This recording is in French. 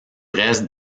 reste